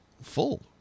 full